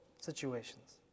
situations